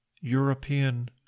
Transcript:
European